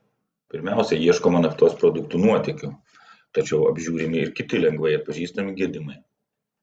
pirmiausia ieškoma naftos produktų nuotėkių tačiau apžiūrimi ir kiti lengvai atpažįstami gedimai